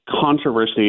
controversy